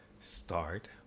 start